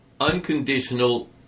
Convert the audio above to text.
unconditional